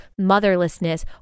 motherlessness